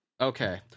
okay